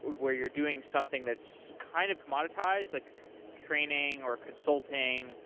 where you're doing something that's kind of commoditized, like training, or consulting,